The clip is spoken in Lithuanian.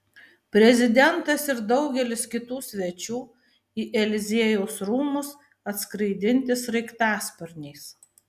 prezidentas ir daugelis kitų svečių į eliziejaus rūmus atskraidinti sraigtasparniais